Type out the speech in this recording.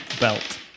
belt